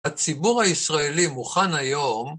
הציבור הישראלי מוכן היום